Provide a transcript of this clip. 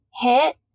hit